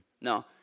No